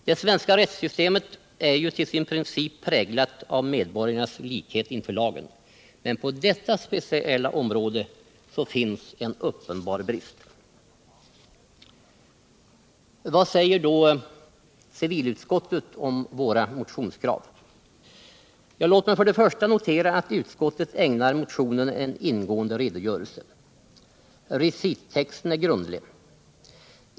Det svenska rättssystemet är ju till sin Vad säger då civilutskottet om våra motionskrav? Ja, låt mig notera att 8 mars 1978 utskottet först ägnar motionen en ingående redogörelse. Recittexten är grundlig.